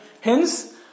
Hence